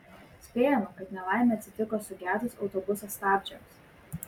spėjama kad nelaimė atsitiko sugedus autobuso stabdžiams